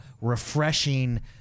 refreshing